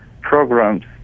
programs